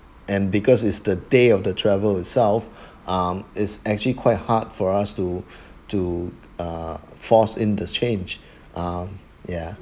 and because it's the day of the travel uh it self it's actually quite hard for us to to uh force in the change ah ya